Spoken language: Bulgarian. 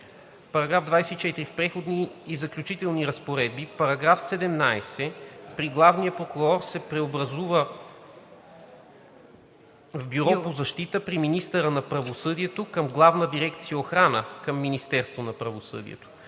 § 24: „§ 24. В преходни и заключителни разпоредби § 17 при главния прокурор се преобразува в „Бюро по защита“ „при министъра на правосъдието към Главна дирекция „Охрана“ към Министерството па правосъдието.“